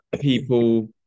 people